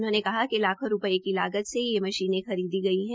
उन्होंने कहा कि लाखों रूपये की लागत से ये मशीनों खरीदी गई है